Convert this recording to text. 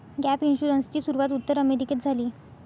gap इन्शुरन्सची सुरूवात उत्तर अमेरिकेत झाली